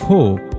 Hope